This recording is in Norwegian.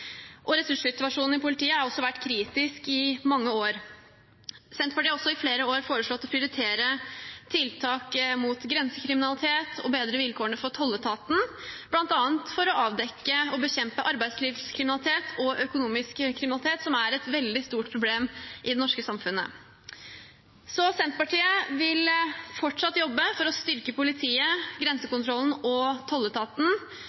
Ressurssituasjonen i politiet har vært kritisk i mange år. Senterpartiet har også i flere år foreslått å prioritere tiltak mot grensekriminalitet og bedre vilkårene for tolletaten, bl.a. for å avdekke og bekjempe arbeidslivskriminalitet og økonomisk kriminalitet, som er et veldig stort problem i det norske samfunnet. Senterpartiet vil fortsatt jobbe for å styrke politiet, grensekontrollen og tolletaten